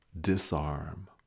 Disarm